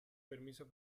permiso